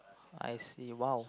I see !wow!